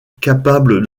capable